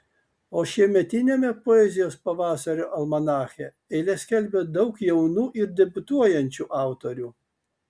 o šiemetiniame poezijos pavasario almanache eiles skelbia daug jaunų ir debiutuojančių autorių